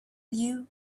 you